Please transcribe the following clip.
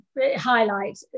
highlight